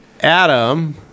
Adam